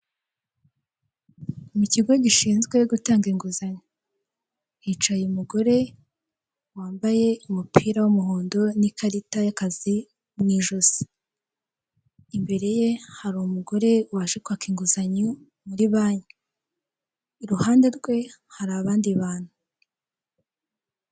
Mu kigo gishinzwe gutanga inguzanyo, hicaye umugore wambaye umupira w'umuhondo n'ikarita y'akazi mu ijosi, imbere ye hari umugore waje kwaka inguzanyo muri banki, iruhande rwe hari abandi bantu.